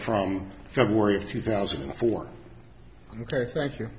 from february of two thousand and four ok thank you